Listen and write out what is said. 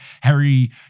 Harry